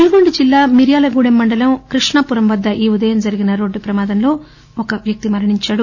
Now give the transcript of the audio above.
నల్గొండ జిల్లా మిర్యాలగూడెం మండలం క్రిష్ణపురం వద్ద ఈ ఉదయం జరిగిన రోడ్డు ప్రమాదంలో ఒక వ్యక్తి మరణించారు